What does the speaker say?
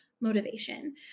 motivation